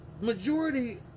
majority